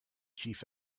chief